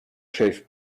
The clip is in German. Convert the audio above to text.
shave